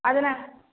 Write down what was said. அது நான்